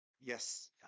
Yes